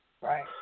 Right